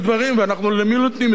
למי אנחנו נותנים את הכסף הזה?